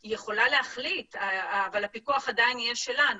היא יכולה להחליט אבל הפיקוח עדיין יהיה שלנו.